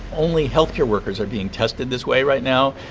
only health care workers are being tested this way right now.